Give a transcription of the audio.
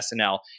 SNL